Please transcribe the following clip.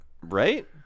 Right